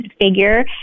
figure